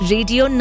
Radio